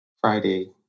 friday